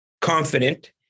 confident